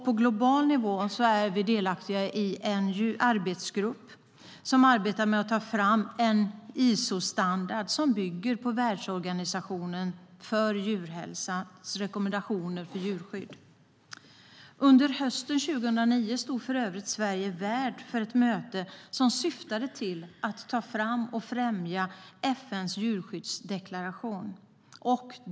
På global nivå är vi delaktiga i en arbetsgrupp som arbetar med att ta fram en ISO-standard som bygger på rekommendationerna för djurskydd från Världsorganisationen för djurhälsa. Under hösten 2009 stod Sverige värd för ett möte som syftade till att ta fram och främja FN:s djurskyddsdeklaration.